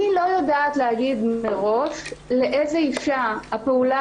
אני לא יודעת להגיד מראש לאיזו אישה הפעולה